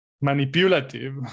manipulative